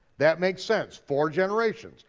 that makes sense, four generations.